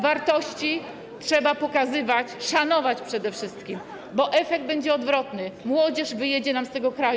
Wartości trzeba pokazywać, szanować przede wszystkim, bo efekt będzie odwrotny: młodzież wyjedzie nam z tego kraju.